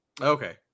Okay